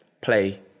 play